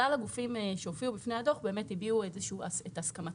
כלל הגופים שהופיעו בפני הדוח הביעו את הסכמתם